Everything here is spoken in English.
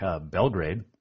Belgrade